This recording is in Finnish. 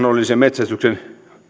olisi metsästyksen